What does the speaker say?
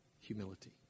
Humility